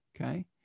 Okay